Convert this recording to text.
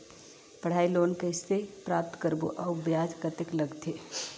पढ़ाई लोन कइसे प्राप्त करबो अउ ब्याज कतेक लगथे?